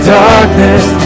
darkness